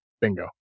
Bingo